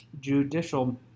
judicial